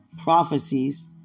prophecies